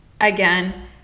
again